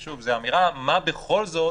שוב, זה האמירה מה בכל זאת